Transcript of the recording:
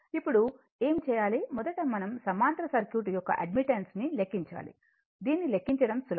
ఇప్పుడు ఏమి చేయాలి మొదట మనం సమాంతర సర్క్యూట్ యొక్క అడ్మిటెన్స్ ని లెక్కించాలి దీన్ని లెక్కించడం సులభం